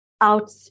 out